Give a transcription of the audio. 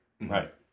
Right